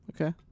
okay